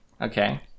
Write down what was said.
Okay